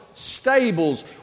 Stables